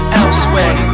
elsewhere